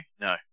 No